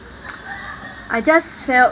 I just felt